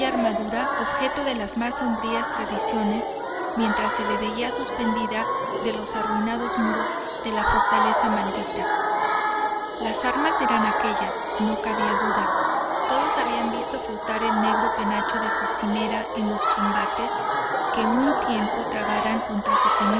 armadura objeto de las más sombrías tradiciones mientras se la vio suspendida de los arruinados muros de la fortaleza maldita las armas eran aquellas no cabía duda alguna todos habían visto flotar el negro penacho de su cimera en los combates que un tiempo trabaran contra su